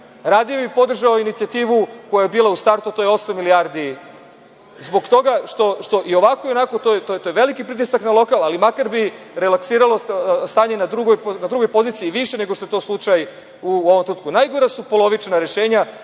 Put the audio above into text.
radije bih podržao inicijativu koja je bila u startu, a to je osam milijardi, zbog toga što i ovako i onako to je veliki pritisak na lokal, ali makar bi relaksiralo stanje na drugoj poziciji više nego što je to slučaj u ovom trenutku. Najgora su polovična rešenja.